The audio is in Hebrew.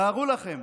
תתארו לכם,